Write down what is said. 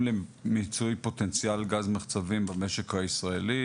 למיצוי פוטנציאל גז מחצבים במשק הישראלי,